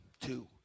two